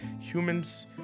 humans